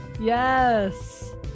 yes